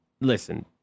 listen